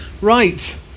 Right